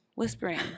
whispering